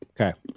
Okay